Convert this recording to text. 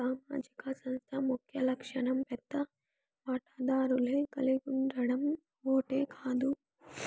సామాజిక సంస్థ ముఖ్యలక్ష్యం పెద్ద వాటాదారులే కలిగుండడం ఓట్ కాదు